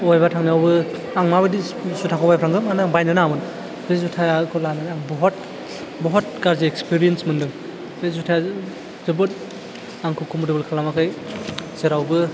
अबाइबा थांनायावबो आं माबायदि जुथाखौ बायफ्लांखो माने आं बायनो नाङामोन बे जुथाखौ लानानै आं बहत बहत गारजि एक्सपीरियेन्स मोनदों बे जुथाया जोबोद आंखौ कम्परटेबल खालामाखै जेरावबो